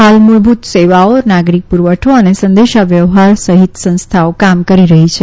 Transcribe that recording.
હાલ મુળભુત સેવાઓ નાગરીક પુરવઠો અને સંદેશા વ્યવહાર સહિત સંસ્થાઓ કામ કરી રહી છે